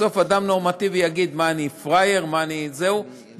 בסוף אדם נורמטיבי יגיד: מה, אני פראייר, ויישבר,